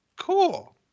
cool